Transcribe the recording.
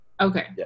Okay